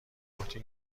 عهده